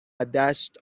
دشت